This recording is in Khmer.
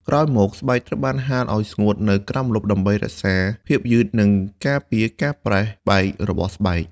ក្រោយមក ស្បែកត្រូវបានហាលឱ្យស្ងួតនៅក្រោមម្លប់ដើម្បីរក្សាភាពយឺតនិងការពារការប្រេះបែករបស់ស្បែក។